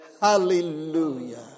Hallelujah